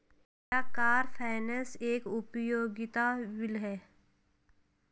क्या car finance एक उपयोगिता बिल है?